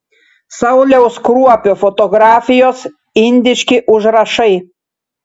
sauliaus kruopio fotografijos indiški užrašai